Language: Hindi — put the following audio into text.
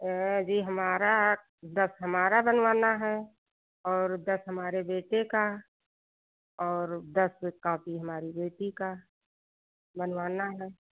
हाँ जी हमारा दस हमारा बनवाना है और दस हमारे बेटे का और दस दस कापी हमारी बेटी का बनवाना है